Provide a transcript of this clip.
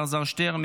אלעזר שטרן,